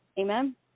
Amen